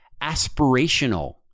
aspirational